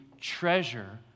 treasure